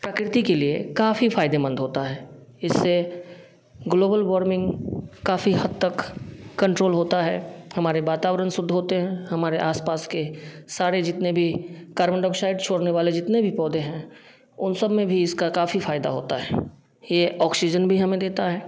प्रकृति के लिए काफ़ी फायदेमंद होता है इससे ग्लोबल वार्मिंग काफ़ी हद तक कंट्रोल होता है हमारे वातावरण शुद्ध होते हैं हमारे आस पास के सारे जितने भी कार्बन डाईआक्साइड छोड़ने वाले जितने भी पौधे हैं उन सब में भी इसका काफ़ी फायदा होता है ये ऑक्सीजन भी हमें देता है